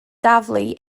daflu